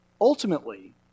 Ultimately